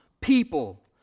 people